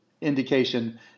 indication